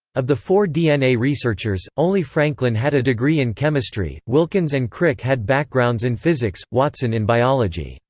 of the four dna researchers, only franklin had a degree in chemistry wilkins and crick had backgrounds in physics, watson in biology.